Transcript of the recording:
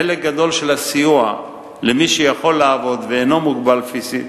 חלק גדול של הסיוע למי שיכול לעבוד ואינו מוגבל פיזית